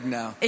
now